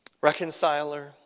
Reconciler